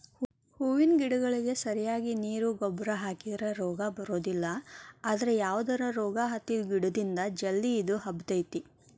ಹೂವಿನ ಗಿಡಗಳಿಗೆ ಸರಿಯಾಗಿ ನೇರು ಗೊಬ್ಬರ ಹಾಕಿದ್ರ ರೋಗ ಬರೋದಿಲ್ಲ ಅದ್ರ ಯಾವದರ ರೋಗ ಹತ್ತಿದ ಗಿಡದಿಂದ ಜಲ್ದಿ ಇದು ಹಬ್ಬತೇತಿ